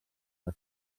les